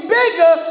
bigger